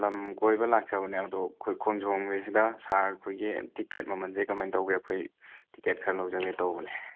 ꯂꯝ ꯀꯣꯏꯕ ꯂꯥꯛꯆꯕꯅꯦ ꯑꯗꯣ ꯑꯩꯈꯣꯏ ꯈꯣꯡꯖꯣꯝꯒꯤꯁꯤꯗ ꯁꯥꯔꯈꯣꯏꯒꯤ ꯇꯤꯛꯀꯦꯠ ꯃꯃꯟꯖꯦ ꯀꯃꯥꯏ ꯇꯧꯒꯦ ꯑꯩꯈꯣꯏ ꯇꯤꯛꯀꯦꯠ ꯈꯔ ꯂꯧꯖꯒꯦ ꯇꯧꯕꯅꯦ